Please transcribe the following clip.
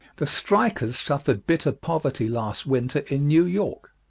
the strikers suffered bitter poverty last winter in new york.